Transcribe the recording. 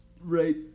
right